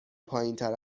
پایینتر